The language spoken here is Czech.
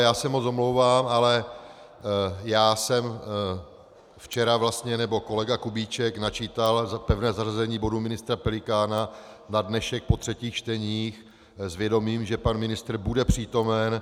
Moc se omlouvám, ale já jsem včera vlastně, nebo kolega Kubíček načítal pevné zařazení bodů ministra Pelikána na dnešek po třetích čteních s vědomím, že pan ministr bude přítomen.